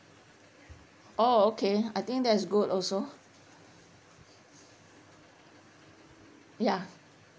oh okay I think that's good also ya